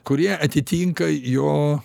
kurie atitinka jo